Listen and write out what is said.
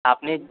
आपने